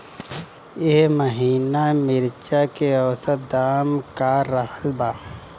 एह महीना मिर्चा के औसत दाम का रहल बा?